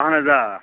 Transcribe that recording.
اَہَن حظ آ